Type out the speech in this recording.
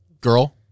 girl